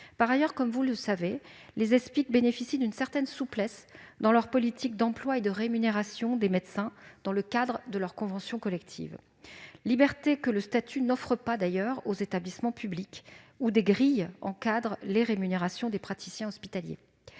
Par ailleurs, comme vous le savez, les Espic bénéficient d'une certaine souplesse en matière d'embauche et de rémunération des médecins dans le cadre de leur convention collective, liberté que le statut n'offre pas aux établissements publics, dans lesquels des grilles encadrent les rémunérations des praticiens hospitaliers.